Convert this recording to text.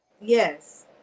Yes